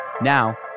Now